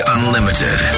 Unlimited